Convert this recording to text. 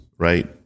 Right